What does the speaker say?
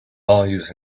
values